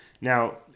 now